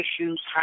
issues